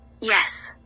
Yes